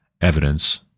evidence